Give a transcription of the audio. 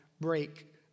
break